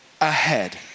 ahead